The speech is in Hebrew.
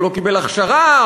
הוא לא קיבל הכשרה,